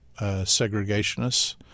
segregationists